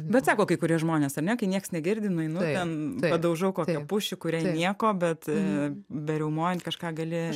bet sako kai kurie žmonės ane kai nieks negirdi nueinu ten padaužau kokią pušį kuriai nieko bet ee beriaumojant kažką gali